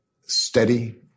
steady